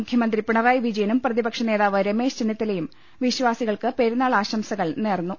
മുഖ്യ മന്ത്രി പിണറായി വിജയനും പ്രതിപക്ഷ നേതാവ് രമേശ് ചെന്നിത്തലയും വിശ്വാസികൾക്ക് പെരുന്നാൾ ആശംസകൾ നേർന്നു